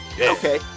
Okay